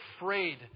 afraid